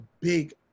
big